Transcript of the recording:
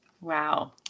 wow